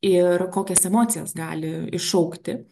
ir kokias emocijas gali iššaukti